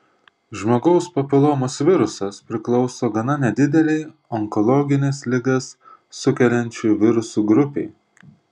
žmogaus papilomos virusas priklauso gana nedidelei onkologines ligas sukeliančių virusų grupei